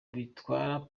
bitwara